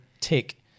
tick